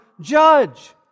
judge